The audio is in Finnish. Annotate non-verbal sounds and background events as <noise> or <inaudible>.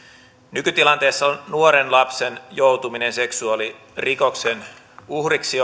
nykytilanteessa nuoren lapsen jouduttua seksuaalirikoksen uhriksi <unintelligible>